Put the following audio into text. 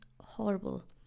horrible